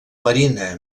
marina